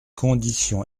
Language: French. condition